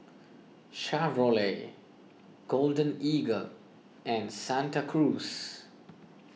Chevrolet Golden Eagle and Santa Cruz